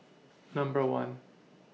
Number one